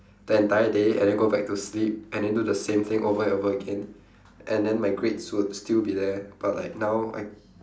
the entire day and then go back to sleep and then do the same thing over and over again and then my grades would still be there but like now I